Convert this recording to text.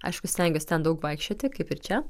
aš vis stengiuos ten daug vaikščioti kaip ir čia